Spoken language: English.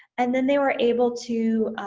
and then they were able to,